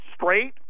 straight